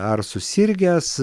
ar susirgęs